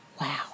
Wow